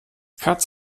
katz